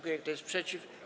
Kto jest przeciw?